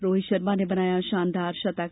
रोहित शर्मा ने बनाया शानदार शतक